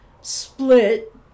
split